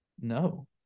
No